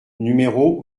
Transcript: numéro